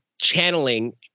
channeling